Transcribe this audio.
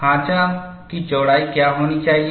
खांचा की चौड़ाई क्या होनी चाहिए